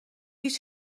هیچ